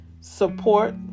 support